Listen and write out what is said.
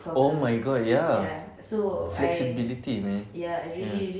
oh my god ya flexibility man ya